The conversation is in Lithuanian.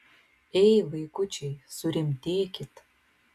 ei vaikučiai surimtėkit